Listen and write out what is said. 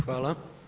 Hvala.